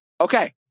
Okay